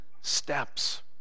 steps